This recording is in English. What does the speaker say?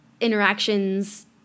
interactions